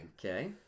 Okay